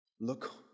Look